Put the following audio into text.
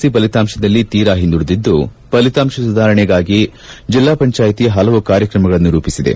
C ಫಲಿತಾಂಶದಲ್ಲಿ ತೀರಾ ಹಿಂದುಳಿದಿದ್ದು ಫಲಿತಾಂಶ ಸುಧಾರಣೆಗಾಗಿ ಜಿಲ್ಲಾ ಪಂಚಾಯಿತಿ ಪಲವು ಕಾರ್ಯಕ್ರಮಗಳನ್ನು ರೂಪಿಸಿದೆ